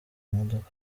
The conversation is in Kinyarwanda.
modoka